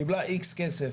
קיבלה איקס כסף.